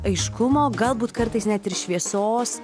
aiškumo galbūt kartais net ir šviesos